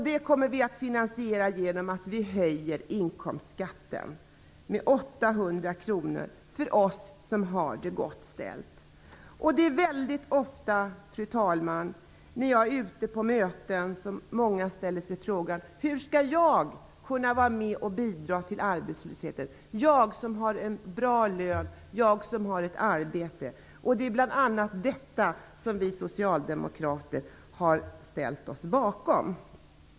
Det kommer vi att finansiera genom att höja inkomstskatten med 800 kr för oss som har det gott ställt. Fru talman! När jag är ute på möten är det ofta människor som ställer frågan: Hur skall jag kunna vara med och bidra till att minska arbetslösheten, jag som har en bra lön och jag som har ett arbete? Det är bl.a. detta som vi socialdemokrater har ställt oss bakom.